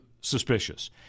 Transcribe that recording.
suspicious